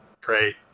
Great